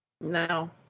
No